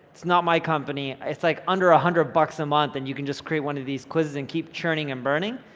it's not my company. it's like, under a hundred bucks a month, and you can just create one of these quizzes and keep churning and burning,